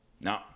no